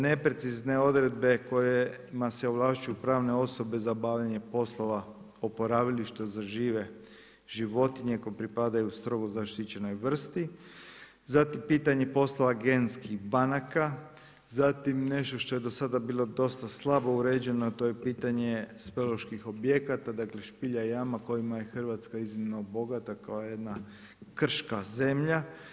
Neprecizne odredbe kojima se ovlašćuju pravne osobe za obavljanje poslova oporavilišta za žive životinje koje pripadaju strogo zaštićenoj vrsti, zatim pitanje poslova agentskih banaka, zatim nešto što je do sada bilo dosta slabo uređeno a to je pitanje speleoloških objekata, dakle špilja, jama kojima je Hrvatska iznimno bogata kao jedna krška zemlja.